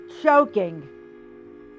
choking